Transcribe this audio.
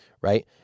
right